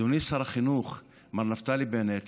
ואדוני שר החינוך מר נפתלי בנט,